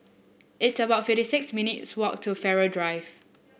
it's about fifty six minutes walk to Farrer Drive